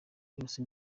yose